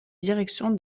direction